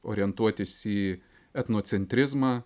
orientuotis į etnocentrizmą